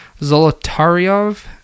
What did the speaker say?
Zolotaryov